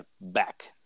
back